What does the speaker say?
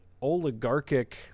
oligarchic